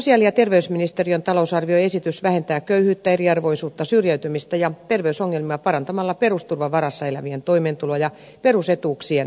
sosiaali ja terveysministeriön talousarvioesitys vähentää köyhyyttä eriarvoisuutta syrjäytymistä ja terveysongelmia parantamalla perusturvan varassa elävien toimeentuloa ja perusetuuksien ostovoimaa